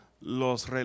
Los